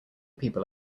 people